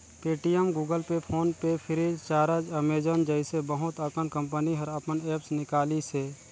Paytm, Google Pay, PhonePe FreeCharge, Amazon जइसे बहुत अकन कंपनी हर अपन ऐप्स निकालिसे